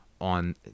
on